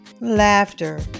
laughter